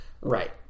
right